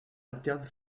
alternent